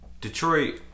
Detroit